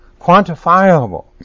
quantifiable